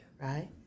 Right